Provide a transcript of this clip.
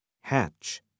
hatch